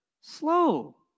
slow